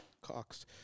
Cox